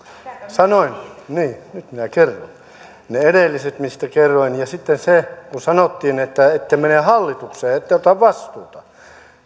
sanoin niin nyt minä kerron ne edelliset mistä kerroin ja sitten se kun sanottiin että ette mene hallitukseen ette ota vastuuta